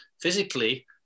physically